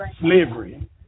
slavery